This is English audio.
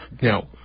no